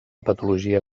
patologia